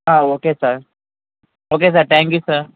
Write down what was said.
okay sir okay sir thank you sir